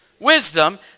wisdom